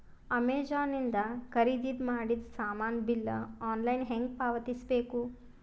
Amazon ಇಂದ ಖರೀದಿದ ಮಾಡಿದ ಸಾಮಾನ ಬಿಲ್ ಆನ್ಲೈನ್ ಹೆಂಗ್ ಪಾವತಿಸ ಬೇಕು?